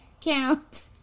count